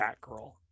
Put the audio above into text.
Batgirl